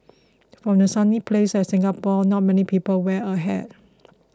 for a sunny place like Singapore not many people wear a hat